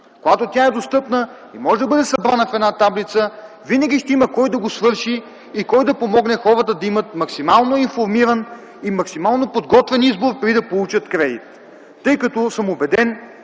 Когато тя е достъпна, може да бъде събрана в една таблица, винаги ще има кой да свърши обобщението и кой да помогне хората да имат максимално информиран и максимално подготвен избор преди да получат кредит. Убеден